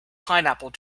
pineapple